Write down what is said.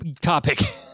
topic